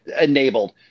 enabled